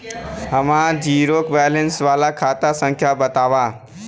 हमार zero balance वाला खाता संख्या वतावा?